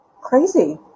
crazy